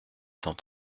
cent